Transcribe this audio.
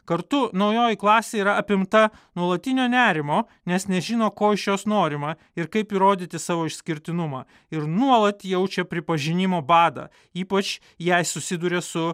kartu naujoji klasė yra apimta nuolatinio nerimo nes nežino ko iš jos norima ir kaip įrodyti savo išskirtinumą ir nuolat jaučia pripažinimo badą ypač jei susiduria su